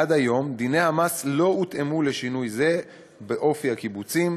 עד היום דיני המס לא הותאמו לשינוי זה באופי הקיבוצים,